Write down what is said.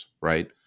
right